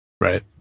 Right